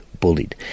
bullied